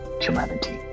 humanity